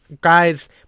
guys